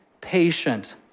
patient